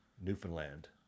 newfoundland